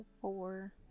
four